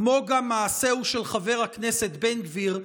כמו גם מעשהו של חבר הכנסת בן גביר,